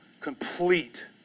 complete